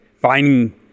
finding